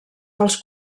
dels